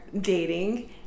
dating